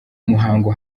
muhango